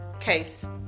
case